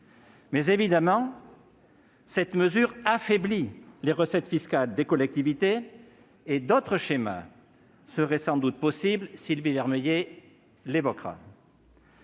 Toutefois, cette mesure affaiblit les recettes fiscales des collectivités et d'autres schémas seraient sans doute possibles- Sylvie Vermeillet reviendra